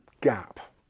gap